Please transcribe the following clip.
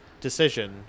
decision